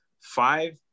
five